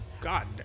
God